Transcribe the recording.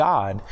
God